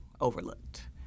overlooked